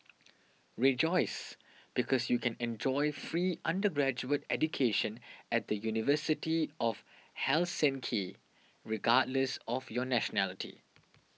rejoice because you can enjoy free undergraduate education at the University of Helsinki regardless of your nationality